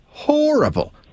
Horrible